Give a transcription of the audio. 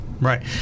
Right